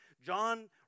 John